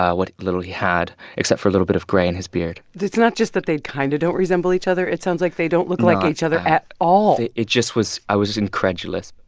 ah what little he had, except for a little bit of gray in his beard it's not just that they kind of don't resemble each other. it sounds like they don't look. no. like each other at all it it just was i was incredulous